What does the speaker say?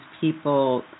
people